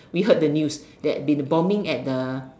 we heard that news that the bombing at the